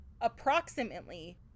approximately